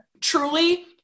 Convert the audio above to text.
Truly